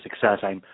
success